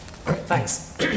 Thanks